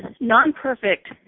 non-perfect